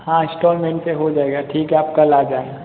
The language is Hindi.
हाँ इंस्टाॅलमेंट पे हो जाएगा ठीक है आप कल आ जाएँ